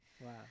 Wow